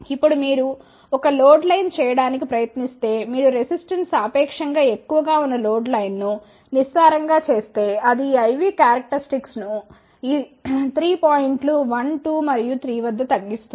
ఇప్పుడు మీరు ఒక లోడ్ లైన్ చేయడానికి ప్రయత్నిస్తే మీరు రెసిస్టెన్స్ సాపేక్షం గా ఎక్కువగా ఉన్న లోడ్ లైన్ను నిస్సారం గా చేస్తే అది ఈ IV క్యా రక్టరిస్టిక్స్ ను ఈ 3 పాయింట్లు 1 2 మరియు 3 వద్ద తగ్గిస్తుంది